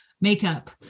makeup